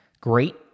Great